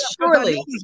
surely